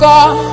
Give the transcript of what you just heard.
God